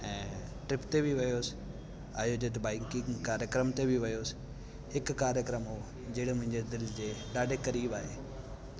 ऐं ट्रिप ते बि वियो हुउसि आयोजित बाइकिंग कार्यक्रम ते बि वियो हुउसि हिकु कार्यक्रम उहो जेॾो मुंहिंजे दिलि जे ॾाढो क़रीब आहे